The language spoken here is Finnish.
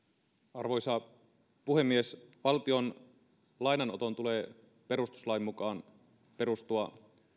arvoisa puhemies valtion lainanoton tulee perustuslain mukaan perustua